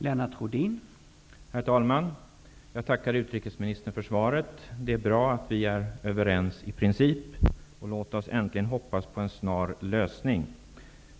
Herr talman! Jag tackar utrikesministern för svaret. Det är bra att vi är överens i princip. Låt oss äntligen hoppas på en snar lösning!